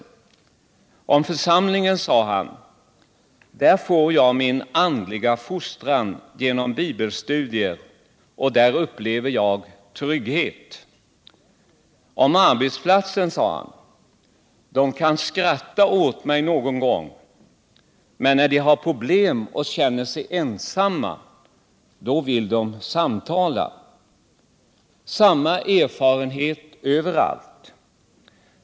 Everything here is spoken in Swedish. Om församlingen sade han: Där får jag min andliga fostran genom bibelstudier, och där upplever jag trygghet. Om arbetsplatsen sade han: De kan skratta åt mig någon gång. men när de har problem och känner sig ensamma, då vill de samtala. Det är samma erfarenhet överallt.